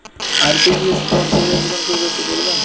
RTGS form কিভাবে পূরণ করবো একটু বলবেন?